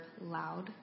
loud